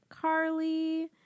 Carly